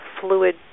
fluid